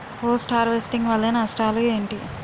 Post harvesting వల్ల నష్టాలు ఏంటి?